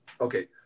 okay